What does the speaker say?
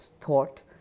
thought